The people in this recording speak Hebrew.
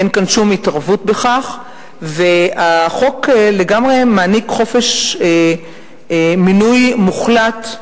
אין כאן שום התערבות בכך והחוק לגמרי מעניק חופש מינוי מוחלט,